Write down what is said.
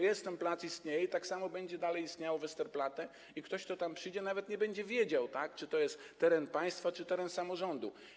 Jest ten plac, on istnieje i tak samo będzie dalej istniało Westerplatte, i ktoś, kto tam przyjdzie, nawet nie będzie wiedział, czy to jest teren państwa, czy samorządu.